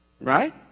right